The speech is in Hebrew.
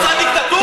רוצה דיקטטורה?